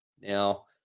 Now